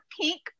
pink